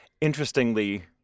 interestingly